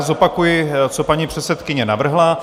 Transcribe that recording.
Zopakuji, co paní předsedkyně navrhla.